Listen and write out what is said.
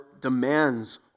demands